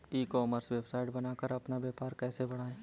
ई commerce website बनाकर अपना व्यापार कैसे बढ़ाएँ?